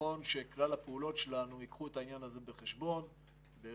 נכון שכלל הפעולות שלנו ייקחו את העניין הזה בחשבון לא